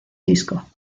disco